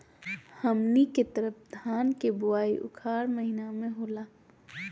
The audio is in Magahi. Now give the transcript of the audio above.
हमनी के तरफ धान के बुवाई उखाड़ महीना में होला